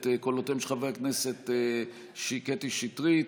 את קולותיהם של חברי הכנסת קטי שטרית,